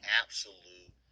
absolute